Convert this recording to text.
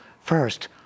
first